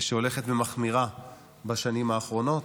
שהולכת ומחמירה בשנים האחרונות,